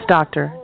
Doctor